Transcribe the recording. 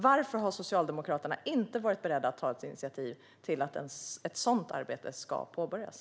Varför är Socialdemokraterna inte beredda att ta ett initiativ till att ett sådant arbete påbörjas?